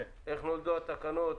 איך נולדו התקנות?